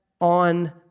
on